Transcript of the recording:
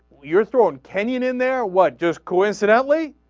you're thrown canyon and there are what just coincidentally